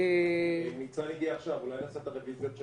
אני מבקשת להפנות את חברי הוועדה לסעיף